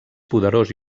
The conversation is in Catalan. poderós